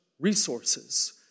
resources